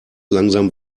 langsam